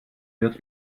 wird